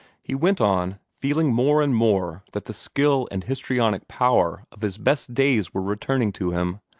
he went on, feeling more and more that the skill and histrionic power of his best days were returning to him,